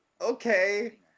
Okay